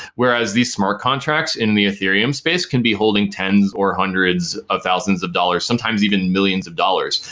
whereas these smart contracts in the ethereum space can be holding tens or hundreds of thousands of dollars, sometimes even millions of dollars.